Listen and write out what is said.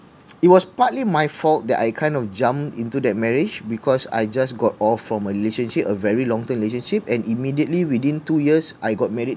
it was partly my fault that I kind of jumped into that marriage because I just got off from a relationship a very long term relationship and immediately within two years I got married